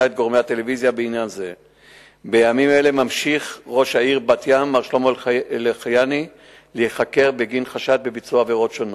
בתלונת אזרח בגין גנבה ממטעי הזיתים שבבעלותו.